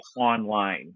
online